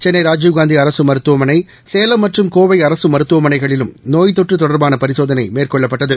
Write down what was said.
சென்னை ராஜீவ்காந்தி அரக மருத்துவமனை சேலம் மற்றும் கோவை அரக மருத்துவனைகளிலும் நோய் தொற்று தொடர்பான பரிசோதனை மேற்கொள்ளப்பட்டது